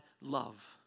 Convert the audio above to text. love